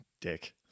dick